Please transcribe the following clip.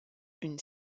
une